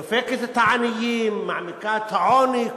דופקת את העניים, מעמיקה את העוני.